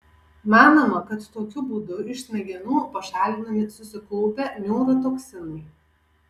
manoma kad tokiu būdu iš smegenų pašalinami susikaupę neurotoksinai